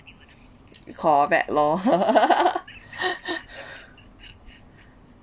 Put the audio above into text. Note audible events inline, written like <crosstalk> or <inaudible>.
call back lor <laughs>